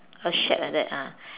a shack like that ah